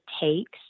takes